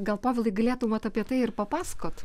gal povilai galėtum vat apie tai ir papasakot